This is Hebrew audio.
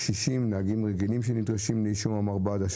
קשישים ונהגים רגילים שנדרשים לאישור המרב"ד,